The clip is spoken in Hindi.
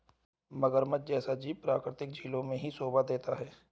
मगरमच्छ जैसा जीव प्राकृतिक झीलों में ही शोभा देता है